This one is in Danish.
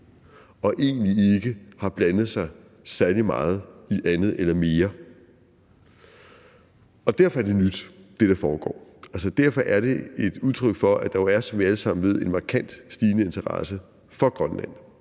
og egentlig ikke har blandet sig særlig meget i andet eller mere. Og derfor er det, der foregår, nyt. Derfor er det et udtryk for, at der jo, som vi alle sammen ved, er en markant stigende interesse for Grønland